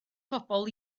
phobl